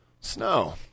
Snow